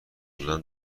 دادن